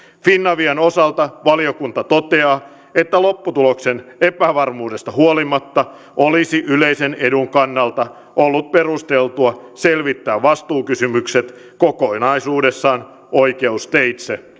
finavian osalta valiokunta toteaa että lopputuloksen epävarmuudesta huolimatta olisi yleisen edun kannalta ollut perusteltua selvittää vastuukysymykset kokonaisuudessaan oikeusteitse